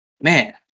man